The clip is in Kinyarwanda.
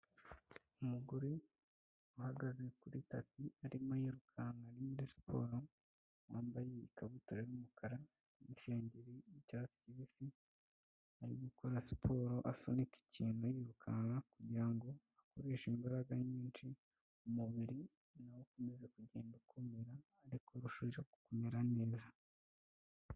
Umugore uhagaze kuri tapi arimo yirukanka ari muri siporo, wambaye ikabutura y'umukara n'isengeri y'icyatsi kibisi, ari gukora siporo asunika ikintu yirukanka kugira ngo akoreshe imbaraga nyinshi umubiri nawo ukomeza kugenda akomera ariko bishobora kumera neza.